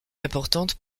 importante